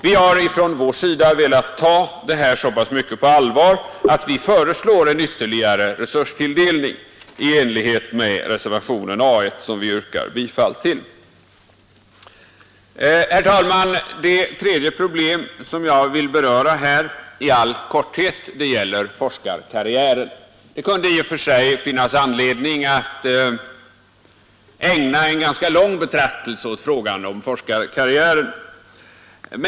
Vi har från vår sida velat ta detta så pass mycket på allvar att vi föreslår en ytterligare resurstilldelning i enlighet med reservationen A 1, som jag yrkar bifall till. Herr talman! Det tredje problem som jag vill beröra här i all korthet gäller forskarkarriären. Det kunde i och för sig finnas anledning att ägna en mycket lång betraktelse åt frågan om forskarkarriären.